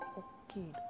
okay